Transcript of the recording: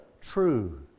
true